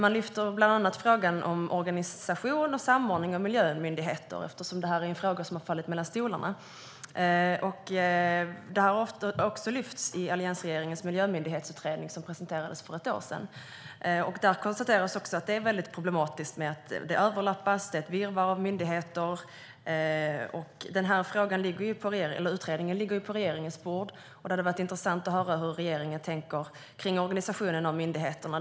Man lyfter bland annat fram frågan om organisation och samordning av miljömyndigheter, eftersom det är en fråga som har fallit mellan stolarna. Det har även lyfts fram i Alliansens miljömyndighetsutredning, som presenterades för ett år sedan. Där konstateras också att detta är väldigt problematiskt - det överlappar, och det är ett virrvarr av myndigheter. Utredningen ligger på regeringens bord, och det hade varit intressant att höra hur regeringen tänker kring organisationen av myndigheterna.